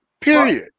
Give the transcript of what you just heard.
Period